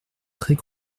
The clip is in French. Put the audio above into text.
très